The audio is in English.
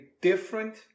different